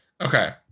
Okay